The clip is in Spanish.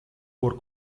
por